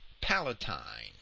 Palatine